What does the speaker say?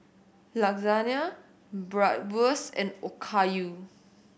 Lasagne Bratwurst and Okayu